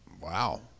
Wow